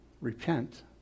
Repent